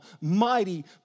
mighty